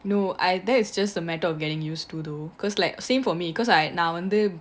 no I that is just a matter of getting used to though cause like same for me cause I நான்வந்து: naan vandhu